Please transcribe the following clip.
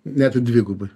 net dvigubai